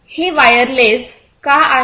हे वायरलेस का आहे